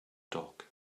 dock